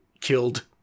killed